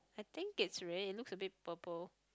I think is red looks a bit purple